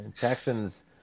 Texans